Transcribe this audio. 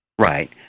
Right